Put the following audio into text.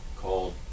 called